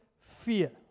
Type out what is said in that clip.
fear